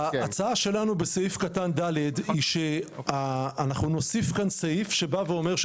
ההצעה שלנו בסעיף קטן (ד) היא להוסיף כאן סעיף שבא ואומר,